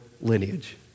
lineage